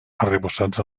arrebossats